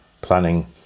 planning